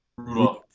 Rudolph